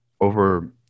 over